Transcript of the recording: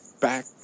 back